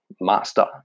master